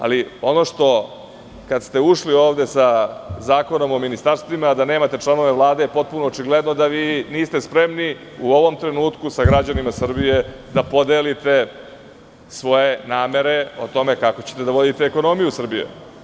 Ali ono kada ste ušli ovde za Zakonom o ministarstvima da nemate članove Vlade, potpuno očigledno da vi niste spremni u ovom trenutku sa građanima Srbije da podelite svoje namere o tome kako ćete da vodite ekonomiju Srbije.